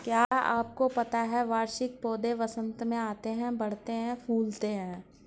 क्या आपको पता है वार्षिक पौधे वसंत में आते हैं, बढ़ते हैं, फूलते हैं?